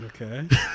Okay